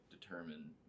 determine